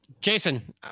Jason